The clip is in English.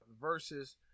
versus